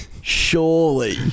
Surely